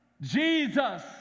Jesus